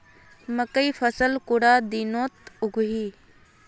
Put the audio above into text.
मकई फसल कुंडा दिनोत उगैहे?